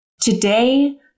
Today